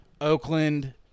Oakland